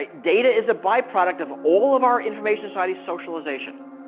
ah data is a by-product of all of our information society's socialisation.